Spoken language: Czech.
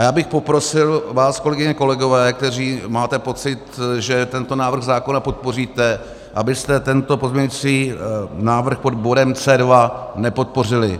A já bych poprosil vás, kolegyně, kolegové, kteří máte pocit, že tento návrh zákona podpoříte, abyste tento pozměňovací návrh pod bodem C2 nepodpořili.